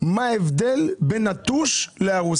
מהו ההבדל בין נטוש לבין הרוס?